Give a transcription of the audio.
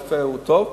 הרופא הוא טוב.